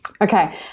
Okay